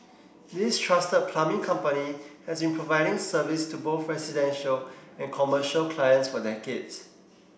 this trusted plumbing company has been providing service to both residential and commercial clients for decades